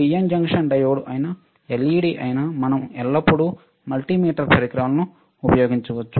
PN junction diode అయిన LED అయిన మనం ఎల్లప్పుడూ మల్టీమీటర్ పరికరాలను ఉపయోగించవచ్చు